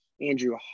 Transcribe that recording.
Andrew